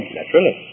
Naturally